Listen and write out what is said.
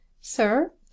Sir